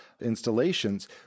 installations